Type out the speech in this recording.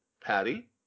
Patty